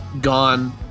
gone